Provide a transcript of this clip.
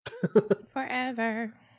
forever